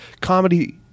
comedy